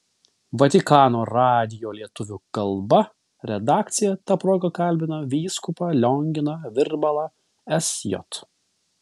vatikano radijo lietuvių kalba redakcija ta proga kalbina vyskupą lionginą virbalą sj